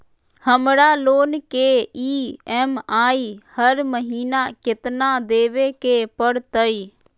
हमरा लोन के ई.एम.आई हर महिना केतना देबे के परतई?